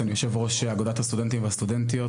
אני יו"ר אגודת הסטודנטים והסטודנטיות